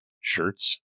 shirts